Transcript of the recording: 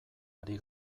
ari